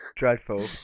Dreadful